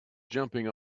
jumping